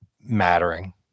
mattering